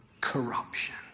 corruption